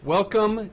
Welcome